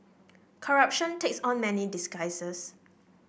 corruption takes on many guises